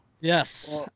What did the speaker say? Yes